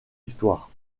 histoire